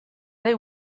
they